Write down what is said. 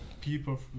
people